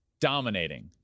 dominating